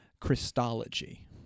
Christology